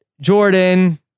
Jordan